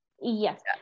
yes